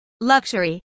Luxury